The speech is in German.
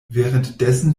währenddessen